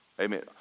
Amen